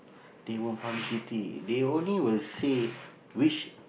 they won't publicity they only will say which